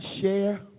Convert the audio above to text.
share